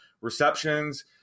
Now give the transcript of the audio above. receptions